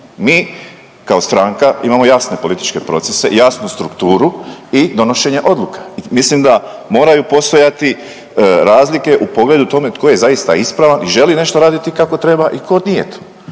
Mi kao stranka imamo jasne političke procese i jasnu strukturu i donošenje odluka i mislim da moraju postojati razlike u pogledu tome tko je zaista ispravan i želi nešto raditi kako treba i ko nije.